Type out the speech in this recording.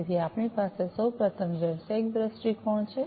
તેથી આપણી પાસે સૌ પ્રથમ વ્યવસાયિક દ્રષ્ટિકોણ છે